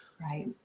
Right